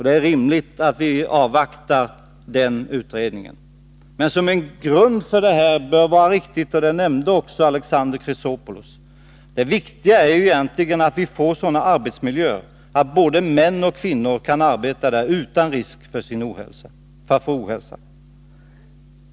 Det är rimligt att vi avvaktar utredningens resultat. Det viktiga är ju — och det nämnde också Alexander Chrisopoulos — att vi får sådan arbetsmiljö att både män och kvinnor kan arbeta där utan risk för ohälsa.